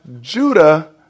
Judah